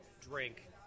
drink